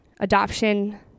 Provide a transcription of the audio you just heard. Adoption